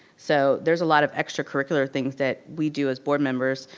so there's a lot of extracurricular things that we do as board members,